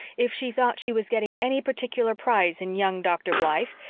if she thought she was getting any particular prize in young dr. blythe,